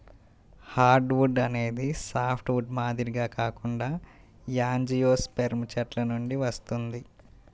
hardwood అనేది softwood మాదిరిగా కాకుండా యాంజియోస్పెర్మ్ చెట్ల నుండి వస్తుంది